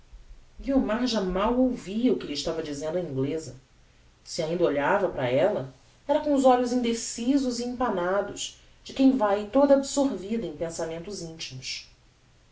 guiomar já mal ouvia o que lhe estava dizendo a ingleza se ainda olhava para ella era com os olhos indecisos e empanados de quem vae toda absorvida em pensamentos intimos